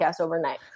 overnight